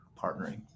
partnering